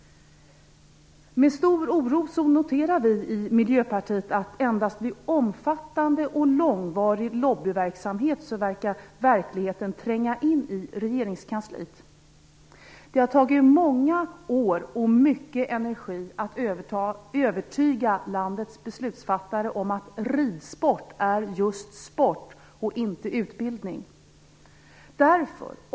Med stor oro noterar vi i Miljöpartiet att verkligheten verkar tränga in i regeringskansliet endast genom omfattande och långvarig lobbyverksamhet. Det har tagit många år och krävts mycket energi att övertyga landets beslutsfattare om att ridsport är just sport och inte utbildning.